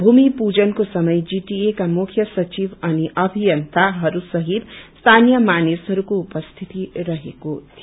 भूमि पूजनको समय जीटीए का मुख्य संचिव अनि अभियन्ताहरूसहित स्थानीय मानिसहरूको उपस्थिति रहेको थियो